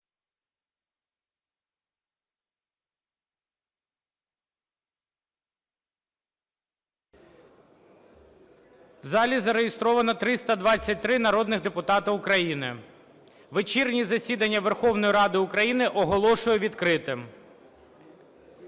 В залі зареєстровано 323 народних депутата України. Вечірнє засідання Верховної Ради України оголошую відкритим.